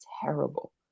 terrible